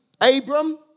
Abram